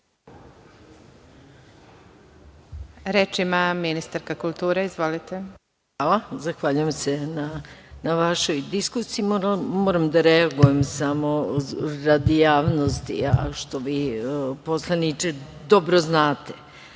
Reč ima ministarka kulture. Izvolite. **Maja Gojković** Zahvaljujem se na vašoj diskusiji. Moram da reagujem samo radi javnosti, a što vi poslaniče dobro znate,